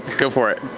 go for it.